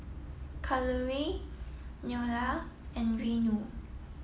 Kalluri Neila and Renu